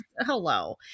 Hello